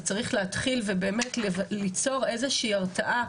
אז צריך להתחיל וליצור איזה שהיא הרתעה,